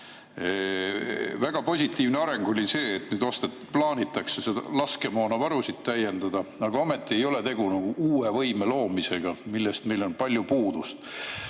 Väga positiivne areng oli see, et plaanitakse laskemoonavarusid täiendada, samas ei ole tegu uue võime loomisega, millest meil on palju puudust.